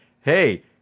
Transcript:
hey